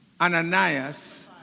Ananias